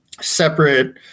separate